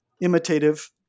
imitative